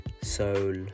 soul